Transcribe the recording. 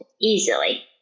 easily